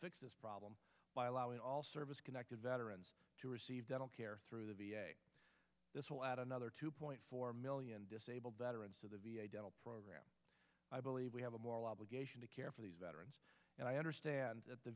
fix this problem by allowing all service connected veterans to receive dental care through the v a this will add another two point four million disabled veterans to the program i believe we have a moral obligation to care for these veterans and i understand th